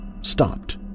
stopped